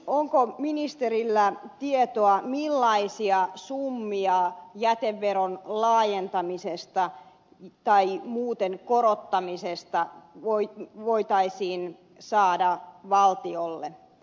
onko ministerillä tietoa millaisia summia jäteveron laajentamisesta tai muuten korottamisesta voitaisiin saada valtiolle